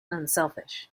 unselfish